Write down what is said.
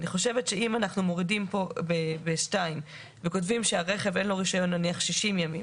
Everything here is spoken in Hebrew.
אם אנחנו מורידים פה ב-(2) וכותבים שלרכב אין רישיון נניח 60 ימים.